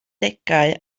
degau